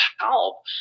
help